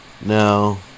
Now